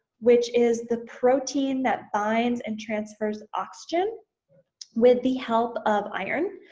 which is the protein that binds and transfers oxygen with the help of iron.